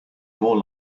more